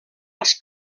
els